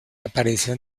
aparición